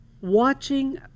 watching